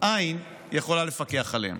עין יכולה לפקח עליהם.